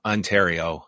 Ontario